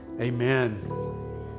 Amen